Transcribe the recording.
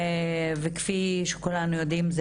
כפי שכולנו יודעים,